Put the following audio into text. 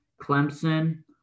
Clemson